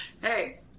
hey